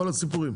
כל הסיפורים.